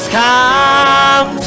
come